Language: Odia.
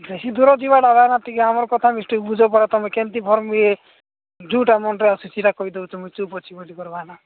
ବେଶୀ ଦୂର ଯିବା ଲାଗିନା ଟିକେ ଆମର କଥା ମିଷ୍ଟେକ୍ ବୁଝ ପରା ତୁମେ କେମିତି ଫର୍ମ୍ ଇଏ ଯୋଉଟା ମୁଣ୍ଡରେ ଅଛି ସେଇଟା କହିଦେଉଛ ମୁଁ ଚୁପ୍ ଅଛି ବୋଲି ଭାଇନା